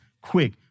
quick